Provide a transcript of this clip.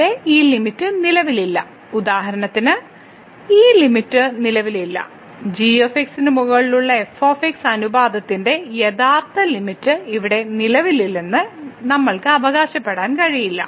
ഇവിടെ ഈ ലിമിറ്റ് നിലവിലില്ല ഉദാഹരണത്തിന് ഈ ലിമിറ്റ് നിലവിലില്ല g ന് മുകളിലുള്ള f അനുപാതത്തിന്റെ യഥാർത്ഥ ലിമിറ്റ് ഇവിടെ നിലവിലില്ലെന്ന് നമ്മൾക്ക് അവകാശപ്പെടാൻ കഴിയില്ല